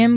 એમ